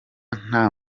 nta